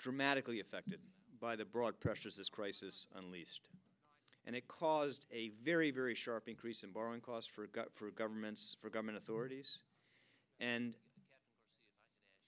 dramatically affected by the broad pressure of this crisis and least and it caused a very very sharp increase in borrowing costs for governments for government authorities and